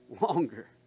longer